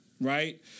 Right